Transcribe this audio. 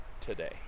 today